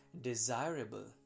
desirable